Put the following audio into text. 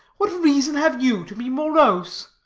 what reason have you to be morose?